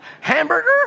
Hamburger